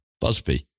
Busby